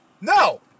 No